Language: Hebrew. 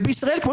ובישראל כפי